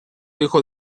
hijo